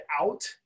out